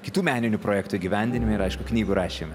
kitų meninių projektų įgyvendinime ir aišku knygų rašyme